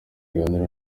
kiganiro